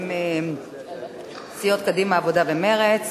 בשם סיעות קדימה, העבודה ומרצ.